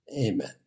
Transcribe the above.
Amen